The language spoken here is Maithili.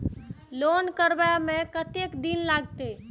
लोन करबे में कतेक दिन लागते?